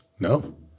No